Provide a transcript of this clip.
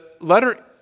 letter